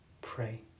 pray